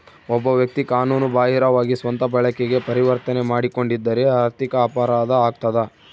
ಒಬ್ಬ ವ್ಯಕ್ತಿ ಕಾನೂನು ಬಾಹಿರವಾಗಿ ಸ್ವಂತ ಬಳಕೆಗೆ ಪರಿವರ್ತನೆ ಮಾಡಿಕೊಂಡಿದ್ದರೆ ಆರ್ಥಿಕ ಅಪರಾಧ ಆಗ್ತದ